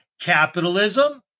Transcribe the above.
capitalism